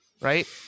right